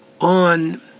on